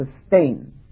sustain